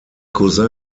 cousin